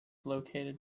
located